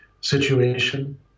situation